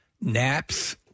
naps